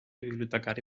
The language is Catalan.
bibliotecari